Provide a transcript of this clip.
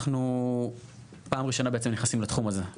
אנחנו פעם ראשונה בעצם נכנסים לתחום הזה.